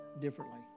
differently